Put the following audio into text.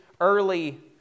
early